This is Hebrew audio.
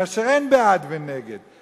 כאשר אין בעד ונגד,